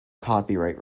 copyright